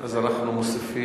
אז אנחנו מוסיפים,